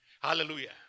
Hallelujah